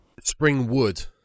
Springwood